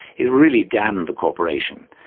it really damned the corporation,